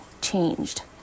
changed